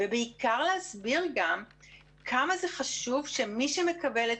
בעיקר להסביר כמה זה חשוב שמי שמקבל את